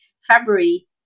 February